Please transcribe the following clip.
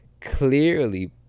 clearly